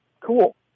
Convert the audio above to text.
cool